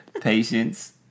patience